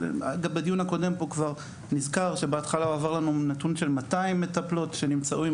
בדיון הקודם נסקר שבהתחלה הועבר לנו נתון של 200 מטפלות שנמצאו עם